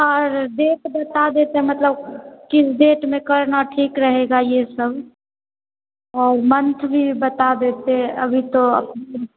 और डेट बता देते मतलब किस डेट में करना ठीक रहेगा ये सब और मन्थ भी बता देते अभी तो